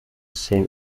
same